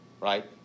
Right